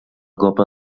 copa